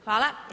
Hvala.